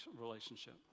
relationship